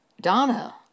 Donna